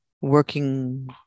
working